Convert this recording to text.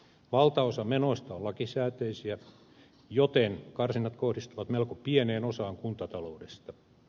valtaosa menoista on lakisääteisiä joten karsinnat kohdistuvat melko pieneen osaan kuntataloudesta